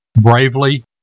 bravely